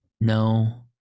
No